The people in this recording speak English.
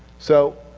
so,